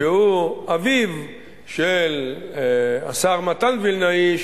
שהוא אביו של השר מתן וילנאי,